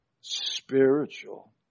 spiritual